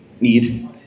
need